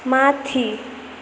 माथि